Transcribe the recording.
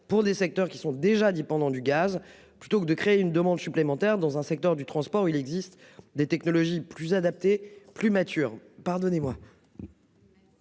pour des secteurs qui sont déjà dit pendant du gaz plutôt que de créer une demande supplémentaire dans un secteur du transport où il existe des technologies plus adapté, plus mature, pardonnez-moi.